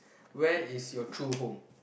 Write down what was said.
where is your true home